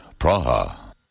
Praha